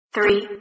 Three